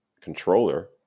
controller